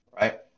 Right